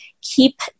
keep